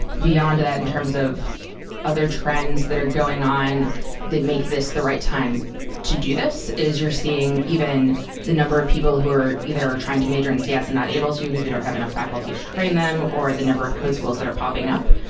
beyond that in terms of other trends that are going on make this the right time to do this is you're seeing even the number of people who are either trying to major in cs and not able to, because we don't have enough faculty to train them, or the number of code schools that are popping up.